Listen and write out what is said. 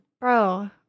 bro